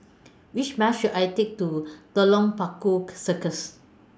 Which Bus should I Take to Telok Paku Circus